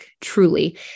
truly